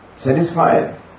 satisfied